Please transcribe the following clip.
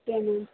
okay ma'am